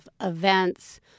events